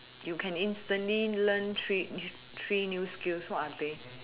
you can instantly learn three three new skills what are they